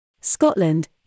Scotland